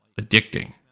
addicting